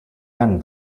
yen